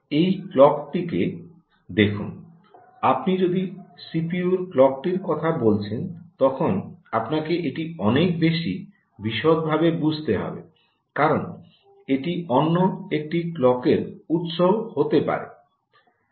এই ক্লকটিকে দেখুন আপনি যখন সিপিইউর ক্লকটির কথা বলছেন তখন আপনাকে এটি অনেক বেশি বিশদভাবে বুঝতে হবে কারণ এটি অন্য একটি ক্লকের উত্স হতে পারে